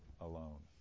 alone